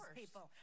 people